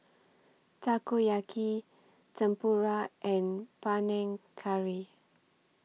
Takoyaki Tempura and Panang Curry